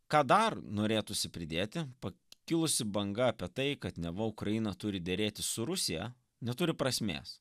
ką dar norėtųsi pridėti pakilusi banga apie tai kad neva ukraina turi derėtis su rusija neturi prasmės